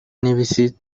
نویسید